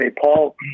Paul